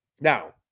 Now